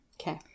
Okay